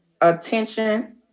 attention